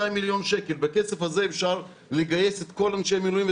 מיליון שקלים ובכסף הזה אפשר לגייס את כל אנשי המילואים,